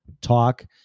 talk